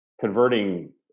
converting